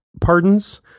pardons